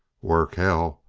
work, hell!